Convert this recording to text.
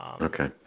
Okay